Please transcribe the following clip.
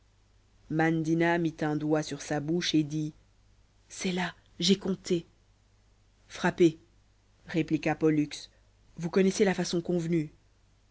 mandina mit un doigt sur sa bouche et dit c'est là j'ai compté frappez répliqua pollux vous connaissez la façon convenue